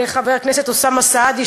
לחבר הכנסת אוסאמה סעדי,